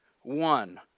one